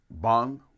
bond